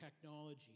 technology